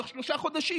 בתוך שלושה חודשים.